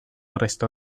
resto